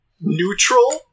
neutral